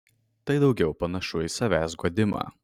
tai daugiau panašu į savęs guodimą